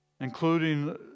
including